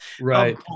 Right